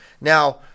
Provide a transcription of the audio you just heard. Now